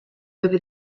over